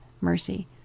mercy